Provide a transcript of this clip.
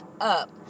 up